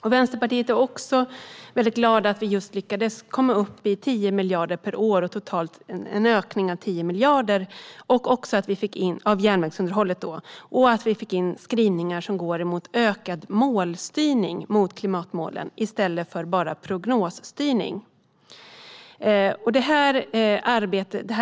Vi i Vänsterpartiet är glada över att vi lyckades få igenom en ökning av järnvägsunderhållet med 10 miljarder och att vi fick in skrivningar om ökad målstyrning mot klimatmålen i stället för bara prognosstyrning.